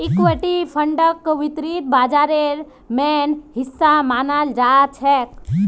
equity फंडक वित्त बाजारेर मेन हिस्सा मनाल जाछेक